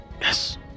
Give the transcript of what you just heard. Yes